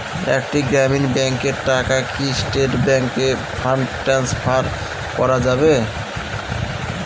একটি গ্রামীণ ব্যাংকের টাকা কি স্টেট ব্যাংকে ফান্ড ট্রান্সফার করা যাবে?